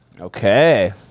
Okay